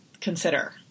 consider